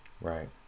Right